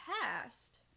past